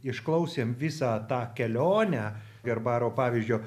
išklausėm visą tą kelionę herbaro pavyzdžio